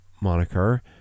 moniker